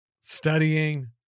Studying